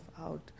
out